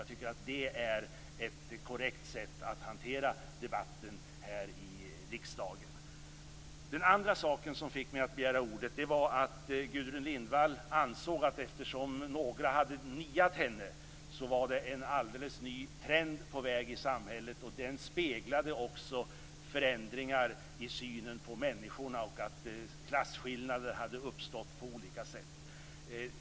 Jag tycker att det är ett korrekt sätt att hantera debatten här i riksdagen. Den andra saken som fick mig att begära ordet var att Gudrun Lindvall ansåg att eftersom några hade niat henne var det en alldeles ny trend i samhället, och den speglade också förändringar i synen på människorna och att klasskillnader hade uppstått på olika sätt.